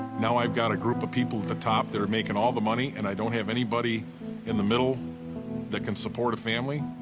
now i've got a group of people at the top that are making all the money and i don't have anybody in the middle that can support a family.